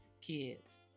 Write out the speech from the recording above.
kids